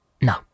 No